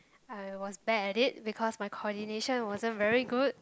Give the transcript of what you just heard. I was bad at it because my coordination wasn't very good